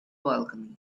balcony